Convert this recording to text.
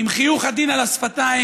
עם חיוך עדין על השפתיים,